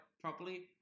properly